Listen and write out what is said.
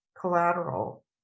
collateral